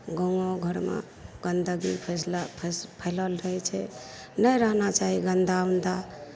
गाँओ घरमे गंदगी फैसला फैस फैलल रहै छै नहि रहना चाही गन्दा ओन्दा